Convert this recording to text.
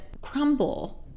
crumble